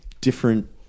different